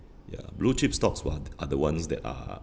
ya blue-chip stocks are the ones that are